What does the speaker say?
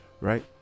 right